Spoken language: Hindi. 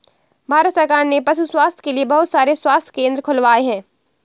भारत सरकार ने पशु स्वास्थ्य के लिए बहुत सारे स्वास्थ्य केंद्र खुलवाए हैं